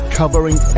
covering